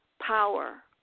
power